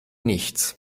nichts